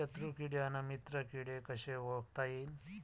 शत्रु किडे अन मित्र किडे कसे ओळखता येईन?